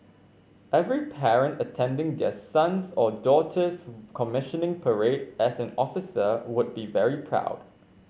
every parent attending their sons or daughter's commissioning parade as an officer would be very proud